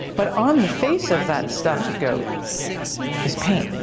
but on the face of that stuffed goat is paint.